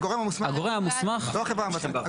הגורם המוסמך, לא החברה המבצעת.